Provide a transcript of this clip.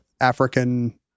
African